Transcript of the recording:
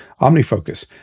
OmniFocus